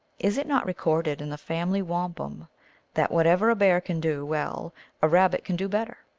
is it not recorded in the family wampum that whatever a bear can do well a rabbit can do bet ter?